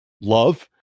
love